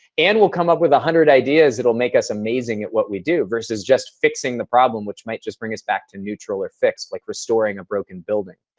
and we'll come up with a hundred ideas that will make us amazing at what we do, versus just fixing the problem, which might just bring us back to neutral-er fix like restoring a broken building.